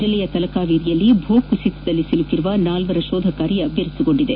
ಜಲ್ಲೆಯ ತಲಕಾವೇರಿಯಲ್ಲಿ ಭೂಕುಸಿತದಲ್ಲಿ ಸಿಲುಕಿರುವ ನಾಲ್ವರ ಶೋಧಕಾರ್ಯ ಬಿರುಸುಗೊಂಡಿದೆ